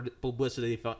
publicity